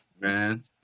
Man